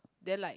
then like